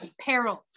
perils